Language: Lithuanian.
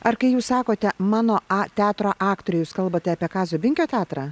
ar kai jūs sakote mano a teatro aktoriai jūs kalbate apie kazio binkio teatrą